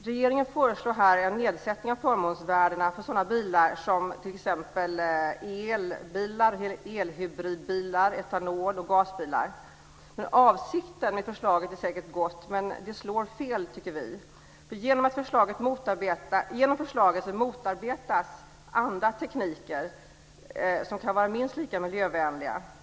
Regeringen föreslår en nedsättning av förmånsvärdena för sådana bilar som t.ex. el-, elhybrid-, etanol och gasbilar. Avsikten med förslaget är säkert god, men det slår fel, tycker vi. Genom förslaget motarbetas andra tekniker som kan vara minst lika miljövänliga.